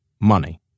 Money